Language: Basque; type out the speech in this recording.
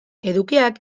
edukiak